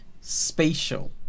spatial